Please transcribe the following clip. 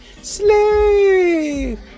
slave